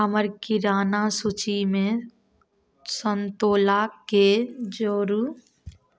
हमर किराना सूचीमे सन्तोलाके जोड़ू